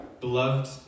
beloved